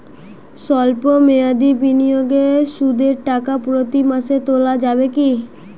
সল্প মেয়াদি বিনিয়োগে সুদের টাকা প্রতি মাসে তোলা যাবে কি?